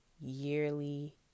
yearly